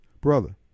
Brother